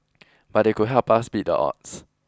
but they could help us beat the odds